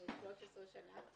13 שנה.